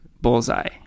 Bullseye